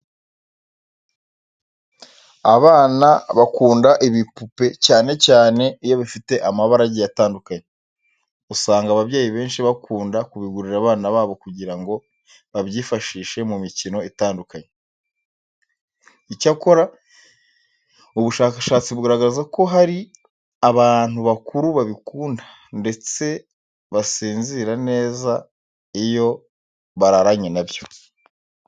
Abana bakunda ibipupe cyane cyane iyo bifite amabara agiye atandukanye. Usanga ababyeyi benshi bakunda kubigurira abana babo kugira ngo babyifashishe mu mikino itandukanye. Icyakora ubushakashatsi bugaragaza ko hari n'abantu bakuru babikunda ndetse basinzira neza iyo bararanye na byo.